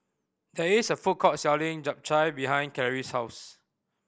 there is a food court selling Japchae behind Clarice's house